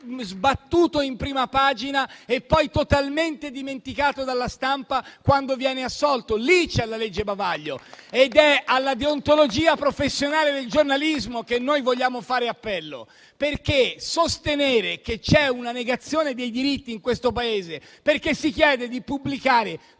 sbattuto in prima pagina e, poi, totalmente dimenticato dalla stampa quando viene assolto. Lì c'è la legge bavaglio. È alla deontologia professionale del giornalismo che noi vogliamo fare appello. Sostenere infatti che c'è una negazione dei diritti in questo Paese perché si chiede di non pubblicare